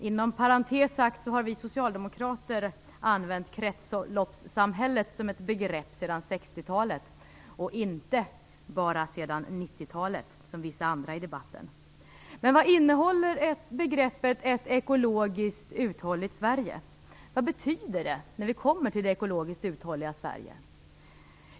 Inom parentes sagt, har vi socialdemokrater använt kretsloppssamhället som ett begrepp sedan 60 talet, och inte bara sedan 90-talet, som vissa andra i debatten. Men vad innehåller begreppet Ett ekologiskt uthålligt Sverige? Vad betyder det när vi kommer till det ekologiskt uthålliga Sverige?